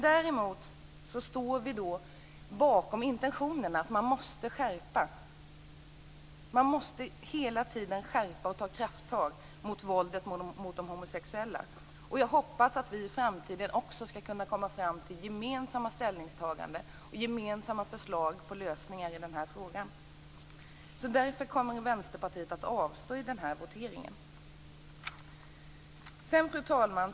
Däremot står vi bakom intentionen att man hela tiden måste ha en skärpning och ta krafttag mot våldet mot de homosexuella. Jag hoppas att vi i framtiden också skall kunna komma fram till gemensamma ställningstaganden och gemensamma förslag på lösningar i den här frågan. Därför kommer Vänsterpartiet att avstå i den här voteringen. Fru talman!